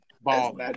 ball